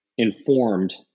Informed